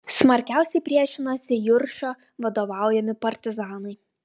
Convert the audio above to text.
smarkiausiai priešinosi juršio vadovaujami partizanai